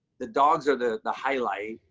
the dogs are the the highlight.